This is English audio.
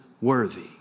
worthy